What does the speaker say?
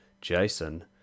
jason